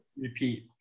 repeat